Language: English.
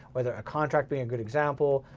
whether a contract, being a good example,